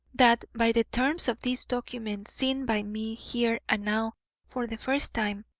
that by the terms of this document, seen by me here and now for the first time,